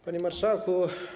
Panie Marszałku!